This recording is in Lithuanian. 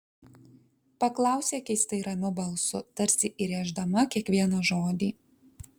paklausė keistai ramiu balsu tarsi įrėždama kiekvieną žodį